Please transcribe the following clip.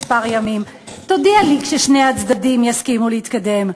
ימים: תודיע לי כששני הצדדים יסכימו להתקדם.